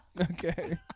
Okay